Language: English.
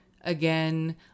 again